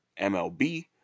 MLB